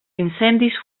incendis